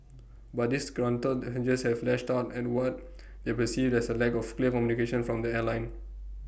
but disgruntled passengers have lashed out at what they perceived as A lack of clear communication from the airline